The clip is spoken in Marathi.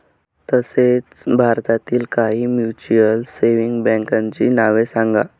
तसेच भारतातील काही म्युच्युअल सेव्हिंग बँकांची नावे सांगा